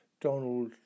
Donald